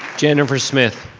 jennifer smith.